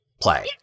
Play